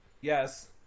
Yes